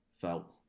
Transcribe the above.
felt